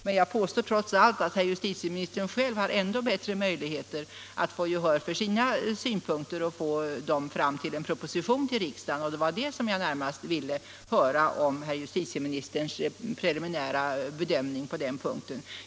Men jag påstår trots allt att herr justitieministern själv har ännu bättre möjligheter att få gehör för sina synpunkter och kan få dem framförda i en proposition till riksdagen. Vad jag ville höra var just justitieministerns preliminära bedömning på den punkten.